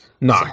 No